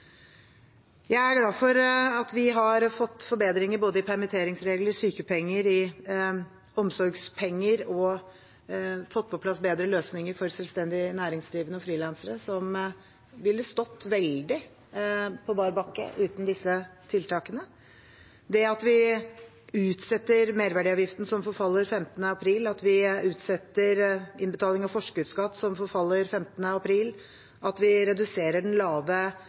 Jeg er glad for at vi har fått forbedringer når det gjelder både permitteringsregler, sykepenger og omsorgspenger, og at vi har fått på plass bedre løsninger for selvstendig næringsdrivende og frilansere, som ville ha stått veldig på bar bakke uten disse tiltakene. Det at vi utsetter merverdiavgiften som forfaller 15. april, at vi utsetter innbetaling av forskuddsskatt som forfaller 15. april, og at vi reduserer den lave